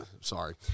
sorry